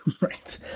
right